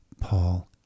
Paul